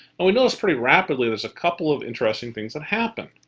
and we notice pretty rapidly there's a couple of interesting things that happen.